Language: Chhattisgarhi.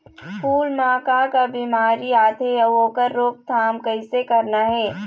फूल म का का बिमारी आथे अउ ओखर रोकथाम कइसे करना हे?